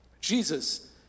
Jesus